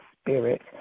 spirit